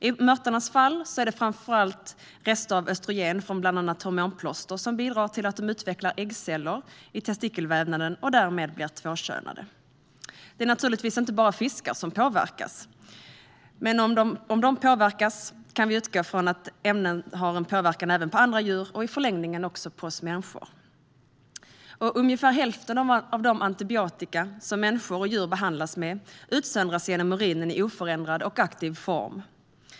I mörtarnas fall är det framför allt rester av östrogen från bland annat hormonplåster som bidrar till att de utvecklar äggceller i testikelvävnaden och därmed blir tvåkönade. Det är naturligtvis inte bara fiskar som påverkas, men om fiskarna påverkas kan vi utgå från att ämnena har en påverkan även på andra djur och i förlängningen även på människor. Ungefär hälften av den antibiotika som människor och djur behandlas med utsöndras genom urinen i oförändrad och aktiv form.